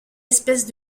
espèce